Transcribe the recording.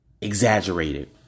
exaggerated